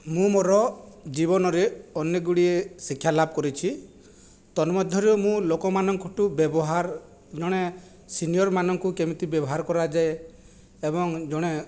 ମୁଁ ମୋର ଜୀବନରେ ଅନେକ ଗୁଡ଼ିଏ ଶିକ୍ଷାଲାଭ କରିଛି ତନ୍ମଧରୁ ମୁଁ ଲୋକମାନଙ୍କଠୁ ବ୍ୟବହାର ଜଣେ ସିନିଅରମାନଙ୍କୁ କେମିତି ବ୍ୟବହାର କରାଯାଏ ଏବଂ ଜଣେ